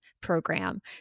program